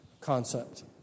concept